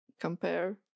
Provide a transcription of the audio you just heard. Compare